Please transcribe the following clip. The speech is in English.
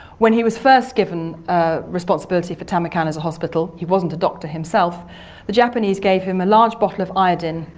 when he was first given responsibility for tamarkan as a hospital he wasn't a doctor himself the japanese gave him a large bottle of iodine,